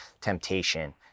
temptation